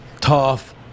tough